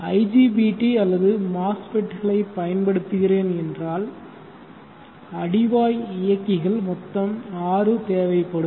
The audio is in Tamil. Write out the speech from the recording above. IGBT அல்லது MOSFET களைப் பயன்படுத்துகிறேன் என்றால் அடிவாய் இயக்கிகள் மொத்தம் ஆறு தேவைப்படும்